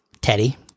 Teddy